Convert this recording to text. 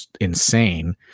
insane